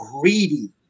greedy